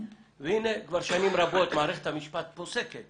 והנה כבר שנים רבות מערכת המשפט פוסקת